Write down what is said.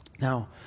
Now